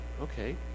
okay